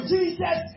Jesus